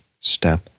step